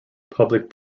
public